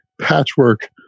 patchwork